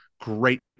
Great